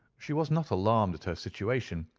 she was not alarmed at her situation,